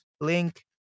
link